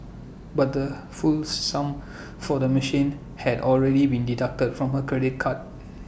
but the full sum for the machine had already been deducted from her credit card